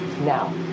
Now